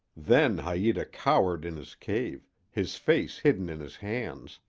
then haita cowered in his cave, his face hidden in his hands,